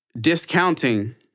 discounting